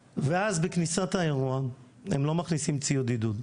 בכניסת האירוע הם לא מכניסים ציוד עידוד.